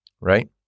right